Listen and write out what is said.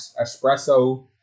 espresso